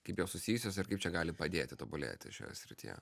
kaip jos susijusios ir kaip čia gali padėti tobulėti šioje srityje